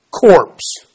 corpse